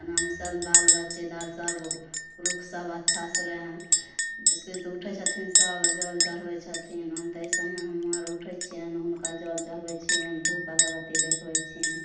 ओना मे सब बाल बच्चेदार सब पुरुख सब अच्छा से रहए तऽ सुइति ऊठै छथिन सब आ जल चढ़बै छथिन ओनाहिते हमहूॅं आर ऊठै छियनि हुनका जल चढ़बै छियैन धुप अगरबत्ती देखबै छियनि